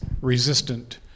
resistant